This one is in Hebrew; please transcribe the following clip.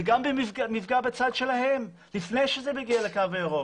זה גם מפגע בצד שלהם לפני שזה מגיע לקו הירוק.